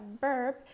verb